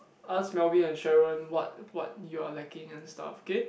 ask Melvin and Sharon what what you are lacking and stuff okay